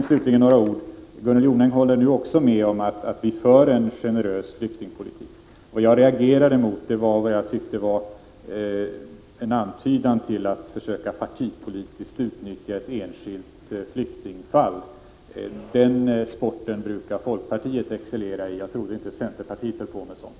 Slutligen: Gunnel Jonäng håller nu med om att vi för en generös flyktingpolitik. Jag reagerade mot vad jag tyckte var en antydan till att försöka partipolitiskt utnyttja ett enskilt flyktingfall. Den sporten brukar folkpartiet excellera i. Jag trodde inte att centerpartiet höll på med sådant.